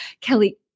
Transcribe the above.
Kelly